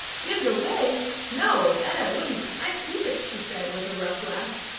give it away! no, that i wouldn't i'd keep it, she said, with a rough laugh.